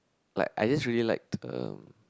like I just really liked um